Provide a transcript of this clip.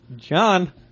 John